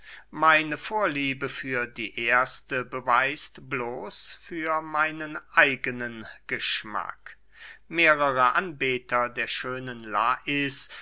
meine vorliebe für die erste beweist bloß für meinen eigenen geschmack mehrere anbeter der schönen lais